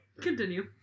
Continue